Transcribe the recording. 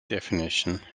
definition